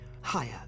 higher